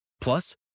Plus